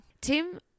Tim